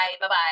bye-bye